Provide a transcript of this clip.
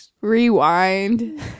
rewind